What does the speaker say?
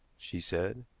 she said.